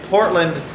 Portland